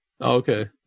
Okay